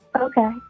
Okay